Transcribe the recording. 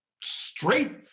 straight